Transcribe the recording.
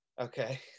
Okay